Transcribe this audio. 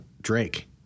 Drake